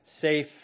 safe